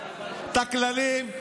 את הכללים,